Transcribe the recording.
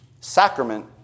sacrament